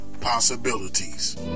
possibilities